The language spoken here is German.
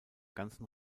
ganzen